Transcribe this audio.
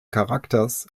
charakters